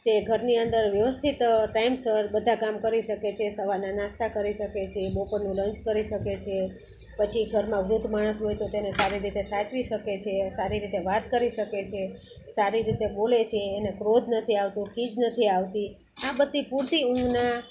તે ઘરની અંદર વ્યવસ્થિત ટાઈમસર બધા કામ કરી શકે છે સવારના નાસ્તા કરી શકે છે બપોરનો લંચ કરી શકે છે પછી ઘરમાં વૃદ્ધ માણસ હોય તો તેને સારી રીતે સાચવી શકે છે સારી રીતે વાત કરી શકે છે સારી રીતે બોલે છે એને ક્રોધ નથી આવતો ખીજ નથી આવતી આ બધું પૂરતી ઊંઘના